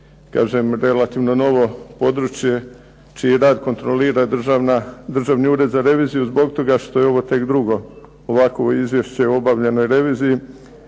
Kažem relativno novo područje čiji rad kontrolira Državni ured za reviziju zbog toga što je ovo tek drugo ovakvo izvješće o obavljenoj reviziji,